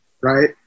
Right